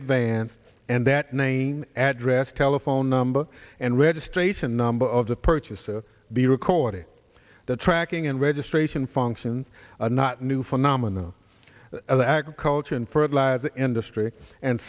advance and that name address telephone number and registration number of the purchaser be recorded the tracking and registration functions are not new phenomena of the agriculture and fertilizer industry and